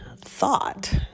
thought